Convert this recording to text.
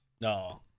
No